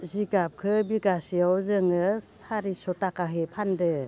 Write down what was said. जिगाबखो बिगासेयाव जोङो सारिस' थाखायै फानदो